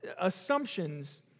assumptions